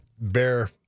bear